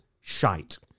shite